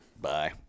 Bye